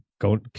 go